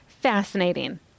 Fascinating